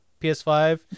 PS5